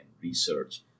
research